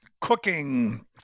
cooking